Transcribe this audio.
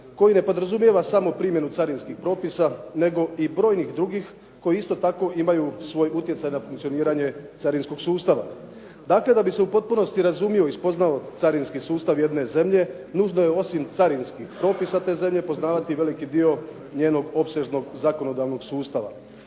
koji ne podrazumijeva samo primjenu carinskih propisa nego i brojnih drugih koji isto tako imaju svoj utjecaj na funkcioniranje carinskog sustava. Dakle da bi se u potpunosti razumio i spoznao carinski sustav jedne zemlje, nužno je osim carinskih propisa te zemlje poznavati i veliki dio njenog opsežnog, zakonodavnog sustava.